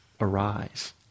arise